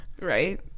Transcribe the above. right